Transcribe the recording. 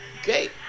Okay